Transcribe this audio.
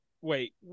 wait